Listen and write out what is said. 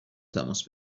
تماس